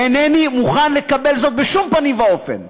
אינני מוכן לקבל זאת בשום פנים ואופן,